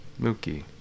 Mookie